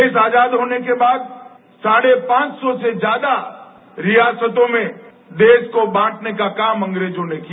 भारत आजाद होने के बाद साढ़े पांच सौ से ज्यादा रियासतों में देश को बांटने का काम अंग्रेजों ने किया